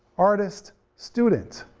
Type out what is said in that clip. artist, student,